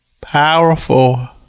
powerful